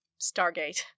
Stargate